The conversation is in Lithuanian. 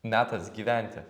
metas gyventi